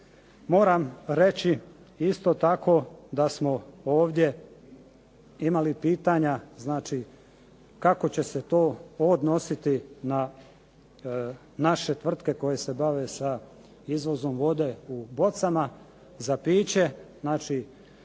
Moram reći isto tako da smo ovdje imali pitanja znači kako će se to odnositi na naše tvrtke koje se bave sa izvozom vode u bocama za piće? Znači